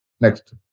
Next